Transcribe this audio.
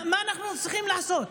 מה אנחנו צריכים לעשות?